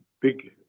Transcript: big